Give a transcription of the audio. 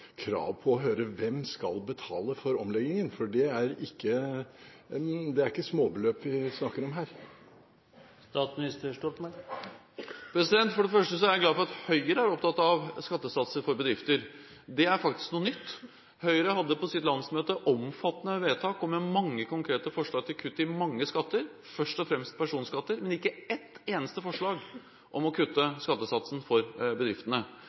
krav på å høre hvem det er som skal betale for omleggingen, for det er ikke småbeløp vi snakker om her. For det første er jeg glad for at Høyre er opptatt av skattesatser for bedrifter. Det er faktisk noe nytt. Høyre hadde på sitt landsmøte omfattende vedtak med mange konkrete forslag til kutt i mange skatter, først og fremst personskatter, men ikke ett eneste forslag om å kutte skattesatsen for bedriftene.